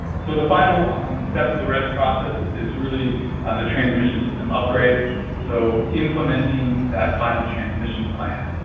so, the final step of the rez process is really um the transmission system upgrade so, implementing that final transmission plan.